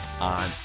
On